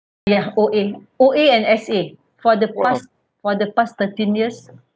yeah O_A O_A and S_A for the past for the past thirteen years